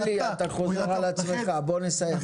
אלי, אתה חוזר על עצמך, בוא נסיים.